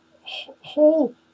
whole